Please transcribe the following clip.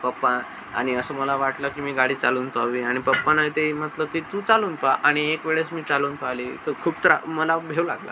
पप्पा आणि असं मला वाटलं की मी गाडी चालवून पहावी आणि पप्पानाही ते म्हटलं की तू चालवून पहा आणि एक वेळेस मी चालवून पाहिली तर खूप त्रा मला भय लागलं